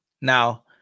Now